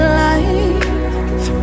life